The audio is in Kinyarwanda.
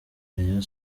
rayon